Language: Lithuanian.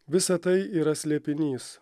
visa tai yra slėpinys